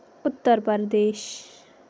Uttar Pradesh